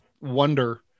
wonder